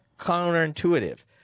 counterintuitive